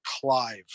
Clive